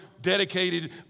dedicated